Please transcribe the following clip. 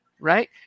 right